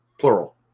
plural